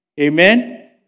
Amen